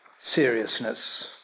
seriousness